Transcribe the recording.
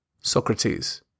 Socrates